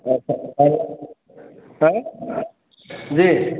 अच्छा अब हैं जी